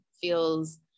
feels